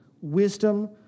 wisdom